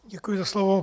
Děkuji za slovo.